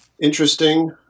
Interesting